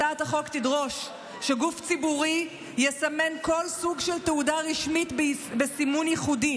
הצעת החוק תדרוש שגוף ציבורי יסמן כל סוג של תעודה רשמית בסימון ייחודי